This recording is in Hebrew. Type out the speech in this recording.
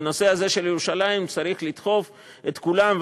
בנושא של ירושלים צריך לדחוף את כולם,